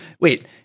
Wait